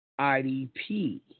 IDP